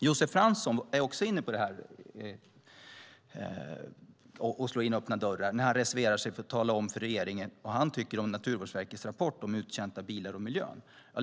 Josef Fransson slår också in öppna dörrar när han reserverar sig och talar om vad han tycker om Naturvårdsverkets rapport om uttjänta bilar och miljön.